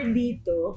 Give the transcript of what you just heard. dito